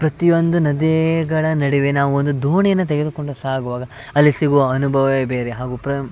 ಪ್ರತಿಯೊಂದು ನದಿಗಳ ನಡುವೆ ನಾವು ಒಂದು ದೋಣಿಯನ್ನು ತೆಗೆದುಕೊಂಡು ಸಾಗುವಾಗ ಅಲ್ಲಿ ಸಿಗುವ ಅನುಭವವೇ ಬೇರೆ ಹಾಗು ಪ್ರ